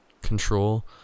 control